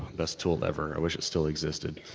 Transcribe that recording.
best tool ever. i wish it still existed,